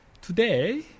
Today